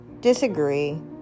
disagree